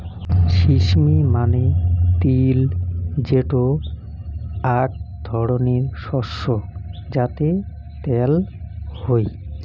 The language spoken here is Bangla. সিস্মি মানে তিল যেটো আক ধরণের শস্য যাতে ত্যাল হই